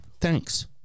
Thanks